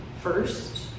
first